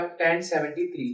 1073